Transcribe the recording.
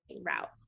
route